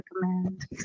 recommend